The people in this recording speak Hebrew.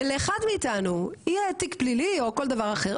ולאחד מאיתנו יהיה תיק פלילי או כל דבר אחר,